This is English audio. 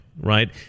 right